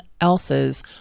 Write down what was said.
else's